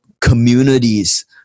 communities